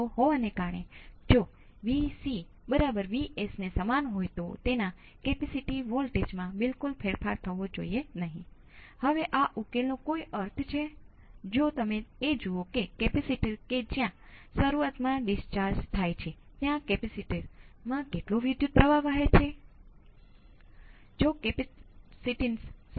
બીજા શબ્દોમાં તે કરવાની રીત એ છે કે તમે બધા અવરોધને કેમ અવગણો છો તમારી પાસે માત્ર વોલ્ટેજ સ્ત્રોતો અને કેપેસિટર અથવા સ્રોત અને કેપેસિટર છે તેની સાથે તમે કેપેસિટર વોલ્ટેજમાં કોઈપણ જમ્પ માટે નિરાકરણ કરી શકો છો